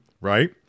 right